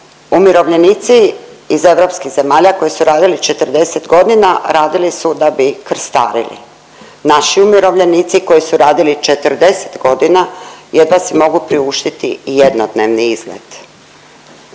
Umirovljenici iz europskih zemalja koji su radili 40 godina radili su da bi krstarili. Naši umirovljenici koji su radili 40 godina jedva si mogu priuštiti jednodnevni izlet.